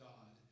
God